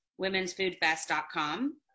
womensfoodfest.com